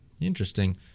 interesting